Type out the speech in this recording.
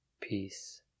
peace